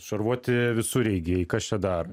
šarvuoti visureigiai kas čia dar